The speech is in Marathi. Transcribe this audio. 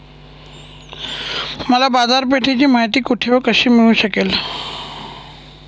मला बाजारपेठेची माहिती कुठे व कशी मिळू शकते?